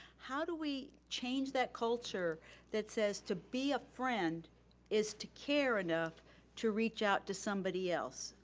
how do we change that culture that says to be a friend is to care enough to reach out to somebody else.